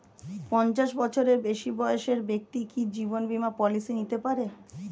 পঞ্চাশ বছরের বেশি বয়সের ব্যক্তি কি জীবন বীমা পলিসি নিতে পারে?